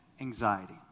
anxiety